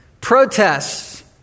protests